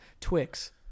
Twix